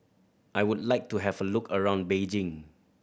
I would like to have a look around Beijing